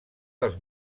dels